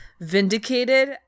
vindicated